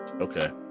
Okay